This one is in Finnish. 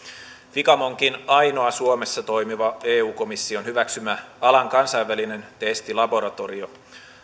ficam onkin ainoa suomessa toimiva eu komission hyväksymä alan kansainvälinen testilaboratorio